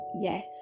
yes